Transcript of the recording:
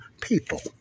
people